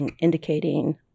indicating